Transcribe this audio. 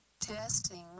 testing